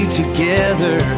together